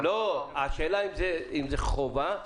השאלה אם זה חובה.